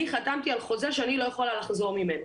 אני חתמתי על חוזה שאני לא יכולה לחזור ממנו,